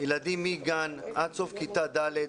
ילדים מגן עד סוף כיתה ד',